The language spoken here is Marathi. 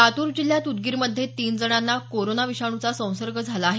लातूर जिल्ह्यात उदगीरमध्ये तीन जणांना कोरोना विषाणूचा संसर्ग झाला आहे